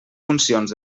funcions